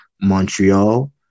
Montreal